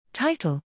Title